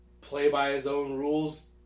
play-by-his-own-rules